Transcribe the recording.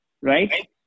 right